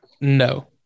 no